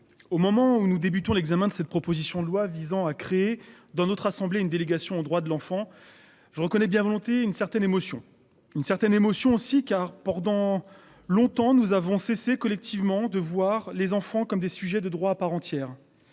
Au moment où nous débutons l'examen de cette proposition de loi visant à créer dans notre assemblée une délégation aux droits de l'enfant. Je reconnais bien volontiers une certaine émotion. Une certaine émotion aussi car pendant longtemps, nous avons cessé collectivement de voir les enfants comme des sujets de droit à part entière.